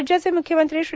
राज्याचे मुख्यमंत्री श्री